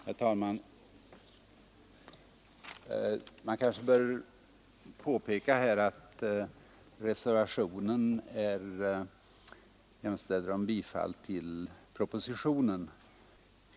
Herr talman! Det kanske bör påpekas att reservationen hemställer om bifall till propositionen.